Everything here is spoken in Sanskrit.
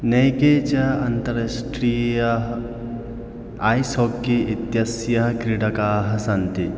नैके च अन्ताराष्ट्रियाः ऐस् हाकि इत्यस्य क्रीडकाः सन्ति